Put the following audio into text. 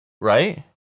right